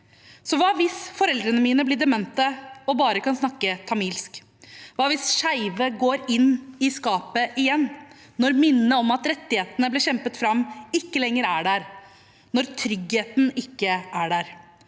Så hva hvis foreldrene mine blir demente og bare kan snakke tamilsk? Hva hvis skeive går inn i skapet igjen, når minnene om at rettighetene ble kjempet fram, ikke lenger er der, og når tryggheten ikke er der?